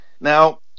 Now